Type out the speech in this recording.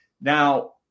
Now